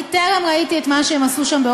אני באופן אישי טרם ראיתי את מה שהם עשו שם.